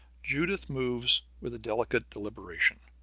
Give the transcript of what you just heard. judith moves with a delicate deliberation.